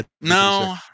No